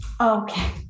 Okay